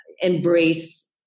embrace